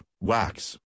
wax